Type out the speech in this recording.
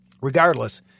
regardless